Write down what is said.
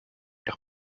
nog